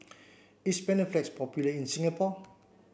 is Panaflex popular in Singapore